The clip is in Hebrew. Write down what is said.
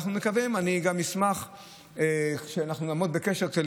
אני גם אשמח שאנחנו נעמוד בקשר כדי